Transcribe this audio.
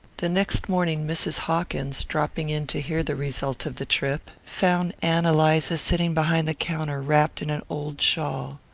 the next morning mrs. hawkins, dropping in to hear the result of the trip, found ann eliza sitting behind the counter wrapped in an old shawl.